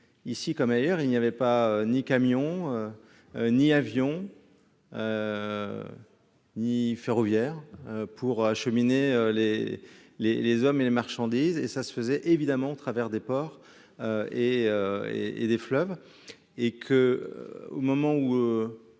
Ici comme ailleurs il n'y avait pas ni camion. Ni avions. Ni ferroviaire pour acheminer les les les hommes et les marchandises et ça se faisait évidemment travers des ports. Et et et des fleuves et que, au moment où.